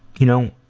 you know,